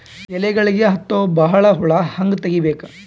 ಎಲೆಗಳಿಗೆ ಹತ್ತೋ ಬಹಳ ಹುಳ ಹಂಗ ತೆಗೀಬೆಕು?